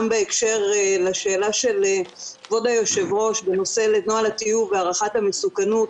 גם בהקשר לשאלה של כבוד היושב ראש בנושא של נוהל הטיוב והערכת המסוכנות.